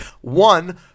One